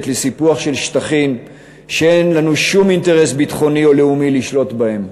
לסיפוח של שטחים שאין לנו שום אינטרס ביטחוני או לאומי לשלוט בהם,